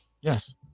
yes